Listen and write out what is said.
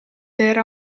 era